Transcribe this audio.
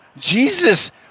Jesus